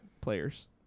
players